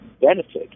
benefit